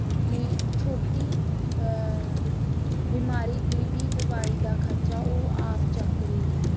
ਦੀ ਛੋਟੀ ਬਿਮਾਰੀ ਦੀ ਵੀ ਦਵਾਈ ਦਾ ਖਰਚਾ ਉਹ ਆਪ ਚੱਕ ਰਹੀ ਹੈ